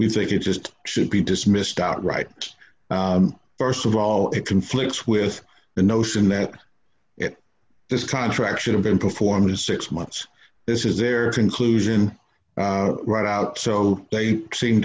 we think you just should be dismissed out right st of all it conflicts with the notion that this contract should have been performed in six months this is their conclusion right out so they seem